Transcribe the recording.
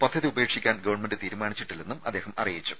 പദ്ധതി ഉപേക്ഷിക്കാൻ ഗവൺമെന്റ് തീരുമാനിച്ചിട്ടില്ലെന്നും അദ്ദേഹം അറിയിച്ചു